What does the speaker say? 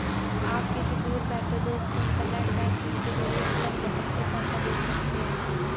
आप किसी दूर बैठे दोस्त को इन्टरनेट बैंकिंग के जरिये पलक झपकते पैसा भेज सकते हैं